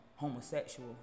homosexual